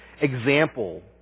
Example